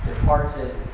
departed